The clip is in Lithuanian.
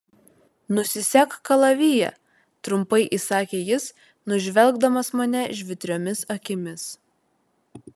nusisek kalaviją trumpai įsakė jis nužvelgdamas mane žvitriomis akimis